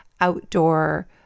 outdoor